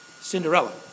Cinderella